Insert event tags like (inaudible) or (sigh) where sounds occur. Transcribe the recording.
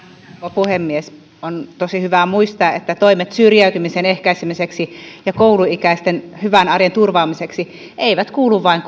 puhemies on tosi hyvä muistaa että toimet syrjäytymisen ehkäisemiseksi ja kouluikäisten hyvän arjen turvaamiseksi eivät kuulu vain (unintelligible)